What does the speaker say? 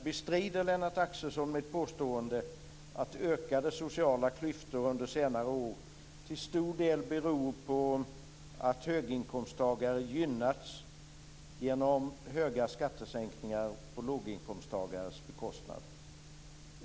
Bestrider Lennart Axelsson mitt påstående att ökade sociala klyftor under senare år till stor del beror på att höginkomsttagare gynnats genom stora skattesänkningar på låginkomsttagares bekostnad?